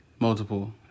Multiple